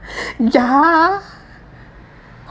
ya